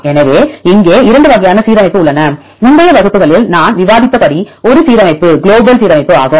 எனவே இங்கே 2 வகையான சீரமைப்பு உள்ளன முந்தைய வகுப்புகளில் நான் விவாதித்தபடி ஒரு சீரமைப்பு குளோபல் சீரமைப்பு ஆகும்